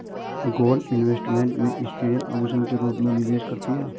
gold investment में स्त्रियां आभूषण के रूप में निवेश करती हैं